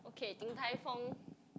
okay Din-Tai-Fung